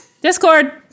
Discord